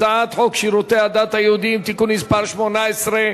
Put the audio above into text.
הצעת חוק שירותי הדת היהודיים (תיקון מס' 18),